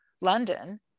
London